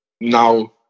now